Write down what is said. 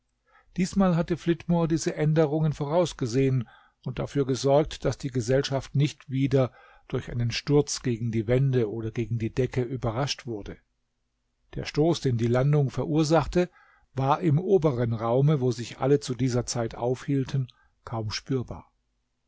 diesmal hatte flitmore diese änderungen vorausgesehen und dafür gesorgt daß die gesellschaft nicht wieder durch einen sturz gegen die wände oder gegen die decke überrascht wurde der stoß den die landung verursachte war im oberen raume wo sich alle zu dieser zeit aufhielten kaum spürbar